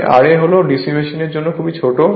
তাই ra হল DC মেশিনের জন্য খুবই ছোট